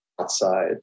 outside